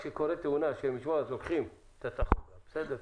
כשקורית תאונה לוקחים את הטכוגרף בסדר,